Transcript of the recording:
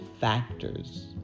factors